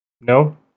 No